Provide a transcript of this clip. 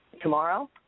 Tomorrow